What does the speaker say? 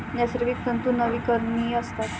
नैसर्गिक तंतू नवीकरणीय असतात